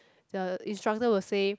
the instructor will say